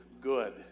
good